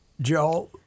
Joe—